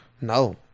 No